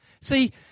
See